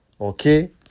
Okay